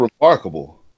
remarkable